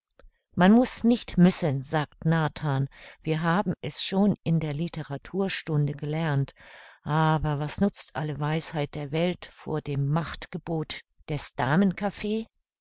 man muß nicht müssen sagt nathan wir haben es schon in der literaturstunde gelernt aber was nutzt alle weisheit der welt vor dem machtgebot des